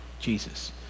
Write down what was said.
Jesus